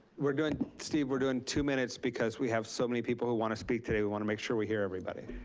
were doing, steve, were doing two minutes because we have so many people who wanna speak today. we wanna make sure we hear everybody.